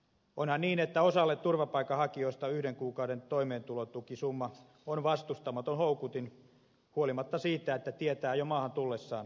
onhan niin että osalle turvapaikanhakijoista yhden kuukauden toimeentulotukisumma on vastustamaton houkutin huolimatta siitä että tietää jo maahan tullessaan tulevansa käännytetyksi